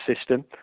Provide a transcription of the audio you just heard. system